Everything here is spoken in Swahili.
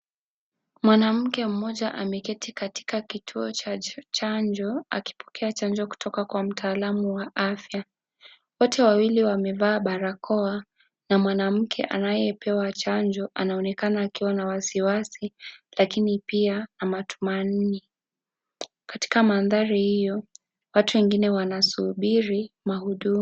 Mwanamke mmoja ameketi katika kituo cha chanjo katika akipokea chanjo kutoka kwa mtaalamu wa afya. Wote wawili wamevaa barakoa na mwanamke anayepewa chanjo anaonekana akiwa na wasi wasi lakini pia ametumaini . Katika mandhari hio ,watu wengine wanasubiri mahudumu.